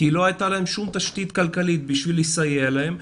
כי לא הייתה להם שום תשתית כלכלית כדי לסייע להם,